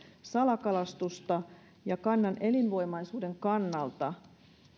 salakalastusta ja kannan elinvoimaisuuden kannalta